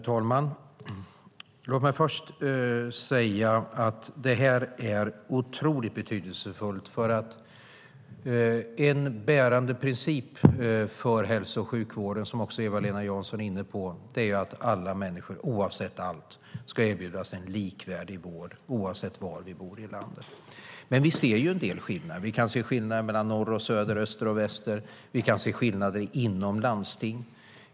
Herr talman! Låt mig först säga att detta är otroligt betydelsefullt. En bärande princip för hälso och sjukvården, som också Eva-Lena Jansson är inne på, är att alla människor oavsett allt ska erbjudas en likvärdig vård oavsett var i landet man bor. Man vi ser en del skillnader. Vi kan se skillnader mellan norr och söder, mellan öster och väster. Vi kan se skillnader inom landsting.